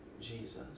Jesus